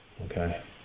Okay